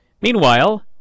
Meanwhile